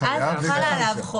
ויש עליו סנקציה.